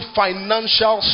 financial